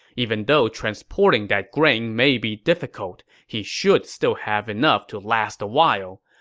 even though transporting that grain may be difficult, he should still have enough to last a while.